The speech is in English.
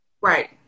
Right